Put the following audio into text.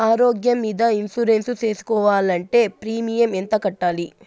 ఆరోగ్యం మీద ఇన్సూరెన్సు సేసుకోవాలంటే ప్రీమియం ఎంత కట్టాలి?